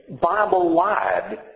Bible-wide